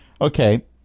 Okay